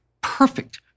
perfect